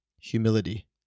Humility